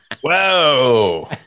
Whoa